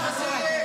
ככה זה יהיה,